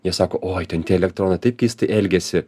jie sako oi ten tie elektronai taip keistai elgiasi